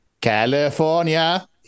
California